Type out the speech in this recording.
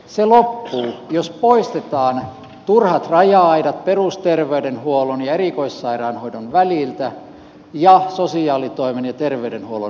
se loppuu jos poistetaan turhat raja aidat perusterveydenhuollon ja erikoissairaanhoidon väliltä ja sosiaalitoimen ja terveydenhuollon väliltä